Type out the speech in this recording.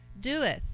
doeth